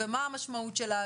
ומה המשמעות שלה,